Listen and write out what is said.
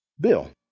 Bill